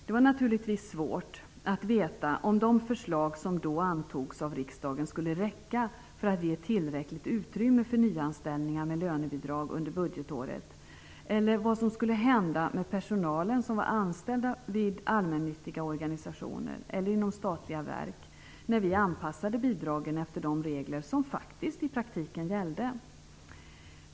Det var naturligtvis svårt att veta om de förslag som då antogs av riksdagen skulle räcka för att ge tillräckligt utrymme för nyanställningar med lönebidrag under budgetåret eller vad som skulle hända med den personal som var anställd inom allmännyttiga organisationer eller statliga verk då vi anpassade bidragen efter de regler som i praktiken gällde.